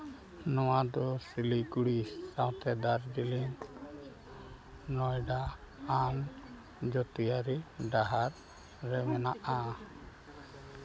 ᱱᱚᱣᱟᱫᱚ ᱥᱤᱞᱤᱜᱩᱲᱤ ᱥᱟᱶᱛᱮ ᱫᱟᱨᱡᱤᱞᱤᱝ ᱱᱚᱭᱰᱟ ᱟᱢ ᱡᱟᱹᱛᱤᱭᱟᱹᱨᱤ ᱰᱟᱦᱟᱨ ᱨᱮ ᱢᱮᱱᱟᱜᱼᱟ